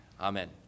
Amen